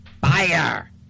fire